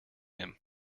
him